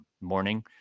morning